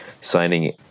signing